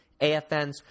AFNs